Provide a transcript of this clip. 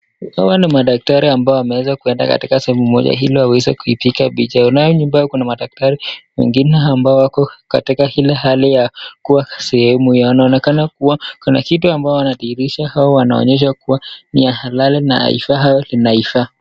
Hawa ni madaktari ambao wameweza kuenda katika sehemu moja ili kuipiga picha, kunao nyuma kuna madaktari wengine ambao wako katika ile hali kuwa sehemu hiyo, wanaonekana kuwa kuna kitu ambao wanadhihirisha au wanaonyesha kuwa ni ya halali na haifai au inafaa.